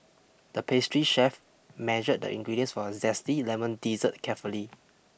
the pastry chef measured the ingredients for a zesty lemon dessert carefully